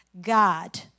God